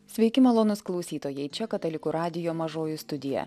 sveiki malonūs klausytojai čia katalikų radijo mažoji studija